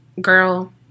girl